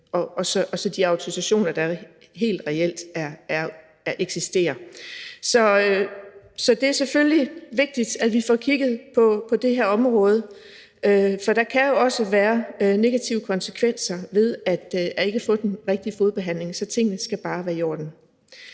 til de autorisationer, der helt reelt eksisterer. Så det er selvfølgelig vigtigt, at vi får kigget på det her område, for der kan jo også være negative konsekvenser ved ikke at få den rigtige fodbehandling – og tingene skal bare være i orden.